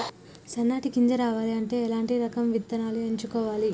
సన్నటి గింజ రావాలి అంటే ఎలాంటి రకం విత్తనాలు ఎంచుకోవాలి?